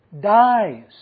dies